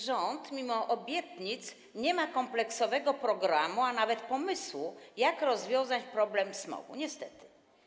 Rząd mimo obietnic nie ma kompleksowego programu, a nawet pomysłu, jak rozwiązać problem smogu - niestety.